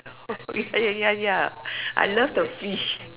oh ya ya I love the fish